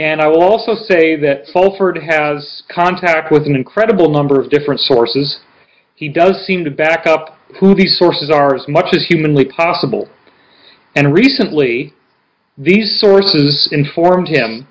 and i will also say that fulford has contact with an incredible number of different sources he does seem to back up who the sources are as much as humanly possible and recently these sources informed him